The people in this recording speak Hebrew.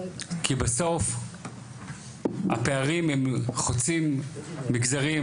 בריאות, כי בסוף הפערים הם חוצים מגזרים,